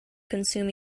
consume